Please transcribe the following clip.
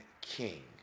king